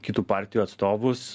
kitų partijų atstovus